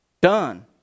done